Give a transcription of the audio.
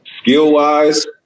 skill-wise